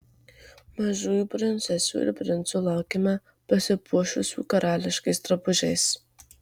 mažųjų princesių ir princų laukiame pasipuošusių karališkais drabužiais